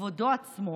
כבודו עצמו,